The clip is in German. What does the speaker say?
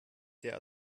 der